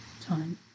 time